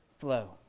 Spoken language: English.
flow